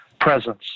presence